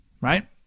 Right